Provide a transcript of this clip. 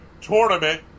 tournament